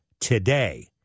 today